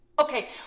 Okay